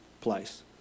place